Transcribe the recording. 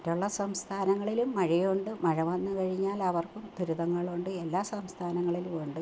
മറ്റുള്ള സംസ്ഥാനങ്ങളിലും മഴയുണ്ട് മഴ വന്നുകഴിഞ്ഞാൽ അവർക്കും ദുരിതങ്ങളുണ്ട് എല്ലാ സംസ്ഥാനങ്ങളിലുമുണ്ട്